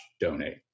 donate